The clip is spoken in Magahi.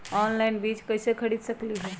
ऑनलाइन बीज कईसे खरीद सकली ह?